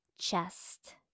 chest